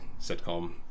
sitcom